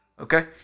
Okay